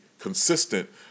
Consistent